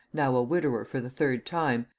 now a widower for the third time,